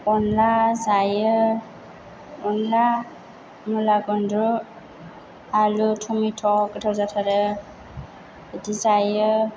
अन्ला जायो अन्ला मुला गन्द्रु आलु टमेट' गोथाव जाथारो बिदि जायो